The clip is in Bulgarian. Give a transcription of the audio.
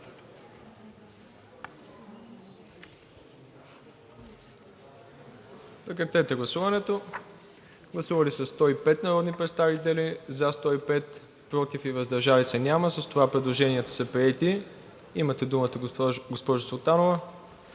вносител и става § 45. Гласували 105 народни представители: за 105, против и въздържали сe няма. С това предложенията са приети. Имате думата, госпожо Султанова.